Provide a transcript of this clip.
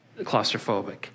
claustrophobic